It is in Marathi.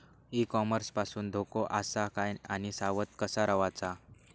ई कॉमर्स पासून धोको आसा काय आणि सावध कसा रवाचा?